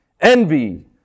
envy